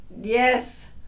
yes